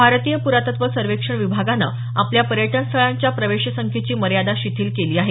भारतीय पुरातत्व सर्वेक्षण विभागानं आपल्या पर्यटनस्थळांच्या प्रवेशसंख्येची मर्यादा शिथील केली आहे